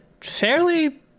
fairly